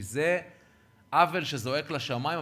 כי זה עוול שזועק לשמים,